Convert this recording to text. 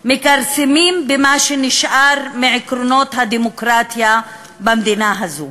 מכרסמים במה ששאר מעקרונות הדמוקרטיה במדינה הזאת.